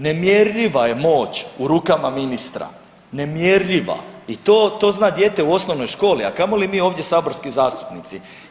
Nemjerljiva je moć u rukama ministra, nemjerljiva i to, to zna dijete u osnovnoj školi, a kamoli mi ovdje saborski zastupnici.